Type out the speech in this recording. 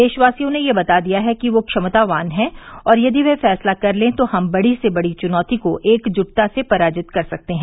देशवासियों ने यह बता दिया है कि वे क्षमतावान हैं और यदि वे फैसला कर लें तो हम बड़ी से बड़ी चुनौती को एकजुटता से पराजित कर सकते हैं